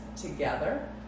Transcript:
together